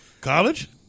College